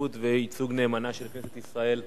ההשתתפות ועל ייצוג נאמן של כנסת ישראל בכנס.